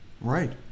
right